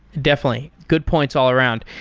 definitely. good points all around.